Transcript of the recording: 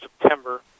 September